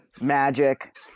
Magic